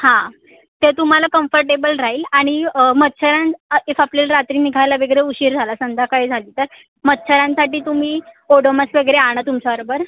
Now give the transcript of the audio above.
हां ते तुम्हाला कम्फटेबल राहील आणि मच्छरन इफ आपल्याला रात्री निघायला वगैरे उशीर झाला संध्याकाळ झाली तर मच्छरांसाठी तुम्ही ओडोमॉस वगैरे आणा तुमच्या बरोबर